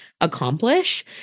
accomplish